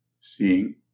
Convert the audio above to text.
seeing